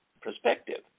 perspective